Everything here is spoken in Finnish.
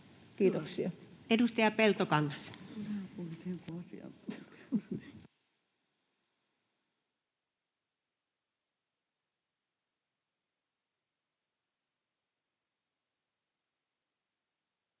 Kiitoksia. Edustaja Peltokangas. Arvoisa